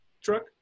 truck